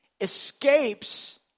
escapes